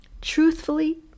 Truthfully